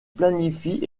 planifie